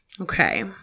Okay